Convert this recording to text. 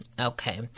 Okay